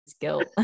guilt